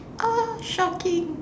uh shocking